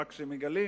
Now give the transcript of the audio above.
ורק כשמגלים